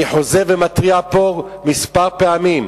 אני חוזר ומתריע פה כמה פעמים: